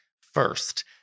first